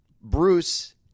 Bruce